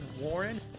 Warren